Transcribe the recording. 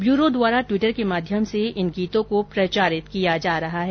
bureau द्वारा Twitter के माध्यम से इन गीतों को प्रचारित किया जा रहा है